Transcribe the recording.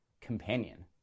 companion